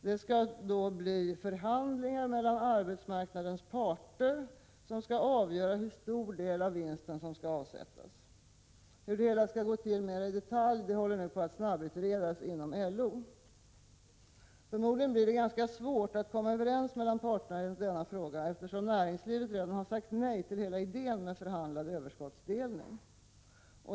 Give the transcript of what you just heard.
Det skall bli förhandlingar mellan arbetsmarknadens parter, som skall avgöra hur stor del av vinsten som skall avsättas. Hur det hela skall gå till mera i detalj håller nu på att snabbutredas inom LO. Förmodligen blir det ganska svårt att komma överens mellan parterna i denna fråga, eftersom näringslivet redan har sagt nej till hela idén med förhandlad överskottsdelning.